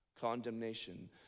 condemnation